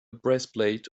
breastplate